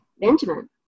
Benjamin